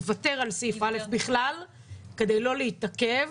לוותר על סעיף א' בכלל כדי לא להתעכב,